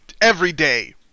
Everyday